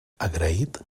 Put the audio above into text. agraït